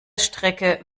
strecke